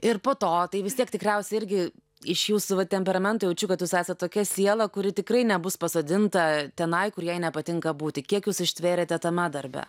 ir po to tai vis tiek tikriausiai irgi iš jūsų va temperamento jaučiu kad jūs esat tokia siela kuri tikrai nebus pasodinta tenai kur jai nepatinka būti kiek jūs ištvėrėte tame darbe